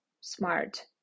smart